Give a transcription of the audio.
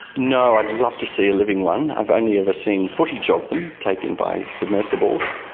no. i'd love to see a living one, i've only ever seen footage of them taken by submersibles.